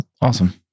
awesome